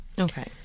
Okay